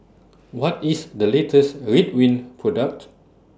What IS The latest Ridwind Product